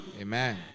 Amen